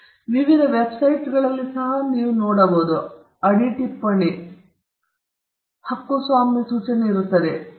ನೀವು ವಿವಿಧ ವೆಬ್ಸೈಟ್ಗಳಲ್ಲಿ ಕಾಣಬಹುದು ಅಡಿಟಿಪ್ಪಣಿ ಹಕ್ಕುಸ್ವಾಮ್ಯ ಸೂಚನೆ ಇದೆ